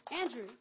Andrew